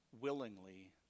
willingly